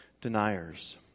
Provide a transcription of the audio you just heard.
deniers